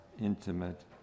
intimate